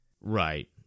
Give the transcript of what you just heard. Right